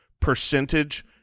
percentage